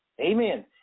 Amen